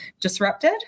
disrupted